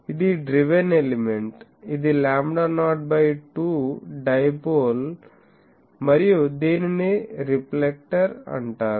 ఇది driven element ఇది lambda not by 2 dipole మరియు దీనిని రిఫ్లెక్టర్ అంటారు